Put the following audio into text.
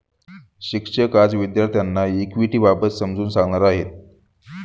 शिक्षक आज विद्यार्थ्यांना इक्विटिबाबत समजावून सांगणार आहेत